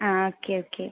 ആ okay okay